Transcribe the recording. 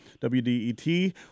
WDET